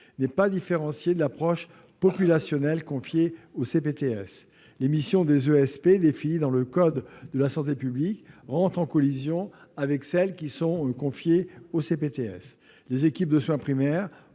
n'est pas différenciée de l'approche populationnelle confiée aux CPTS. Les missions des ESP définies dans le code de la santé publique entrent en collision avec celles qui sont confiées aux CPTS : les premières